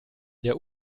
der